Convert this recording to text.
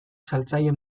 saltzaile